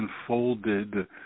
unfolded